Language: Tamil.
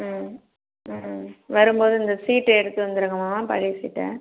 ம் ம் வரும்போது இந்த சீட் எடுத்துட்டு வந்துருங்கம்மா பழைய சீட்டை